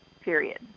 period